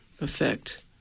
effect